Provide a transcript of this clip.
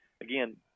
again